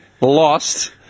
lost